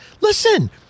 Listen